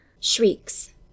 shrieks